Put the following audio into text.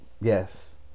yes